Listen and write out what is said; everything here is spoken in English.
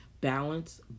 balance